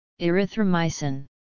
Erythromycin